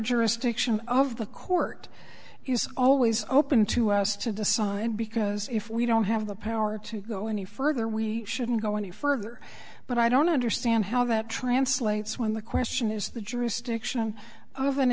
jurisdiction of the court use always open to us to decide because if we don't have the power to go any further we shouldn't go any further but i don't understand how that translates when the question is the jurisdiction of an